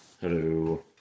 Hello